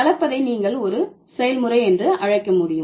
கலப்பதை நீங்கள் ஒரு செயல்முறை என்று அழைக்க முடியும்